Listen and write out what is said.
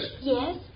Yes